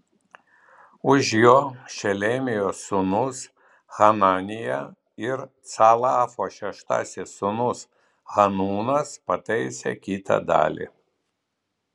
už jo šelemijos sūnus hananija ir calafo šeštasis sūnus hanūnas pataisė kitą dalį